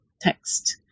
text